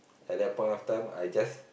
at that point of time I just